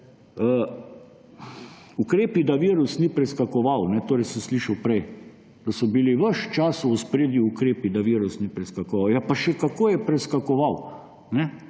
Ukrepi, da virus ni preskakoval, sem slišal prej. Da so bili ves čas v ospredju ukrepi, da virus ni preskakoval. Ja, pa še kako je preskakoval!